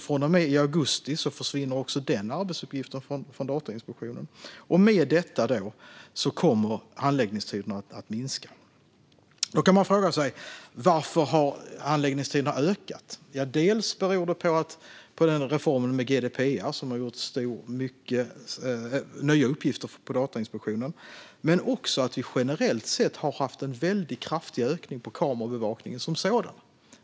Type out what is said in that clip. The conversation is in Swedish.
Från och med augusti försvinner också den arbetsuppgiften från Datainspektionen. Med detta kommer handläggningstiderna att minska. Man kan fråga sig: Varför har handläggningstiderna ökat? Det beror på reformen med GDPR som har lagt många nya uppgifter på Datainspektionen. Men det beror också på att vi generellt sett har haft en väldigt kraftig ökning av kameraövervakning som sådan.